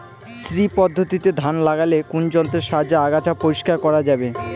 শ্রী পদ্ধতিতে ধান লাগালে কোন যন্ত্রের সাহায্যে আগাছা পরিষ্কার করা যাবে?